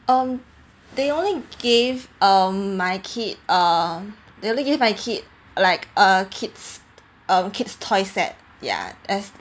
um they only gave um my kid uh they only give my kid like uh kids um kid's toy set ya as